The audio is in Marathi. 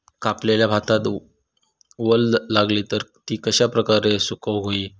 कापलेल्या भातात वल आसली तर ती कश्या प्रकारे सुकौक होई?